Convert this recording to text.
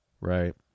Right